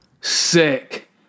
Sick